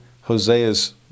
Hosea's